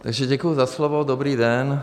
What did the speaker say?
Takže děkuji za slovo, dobrý den.